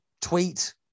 tweet